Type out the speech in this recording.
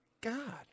God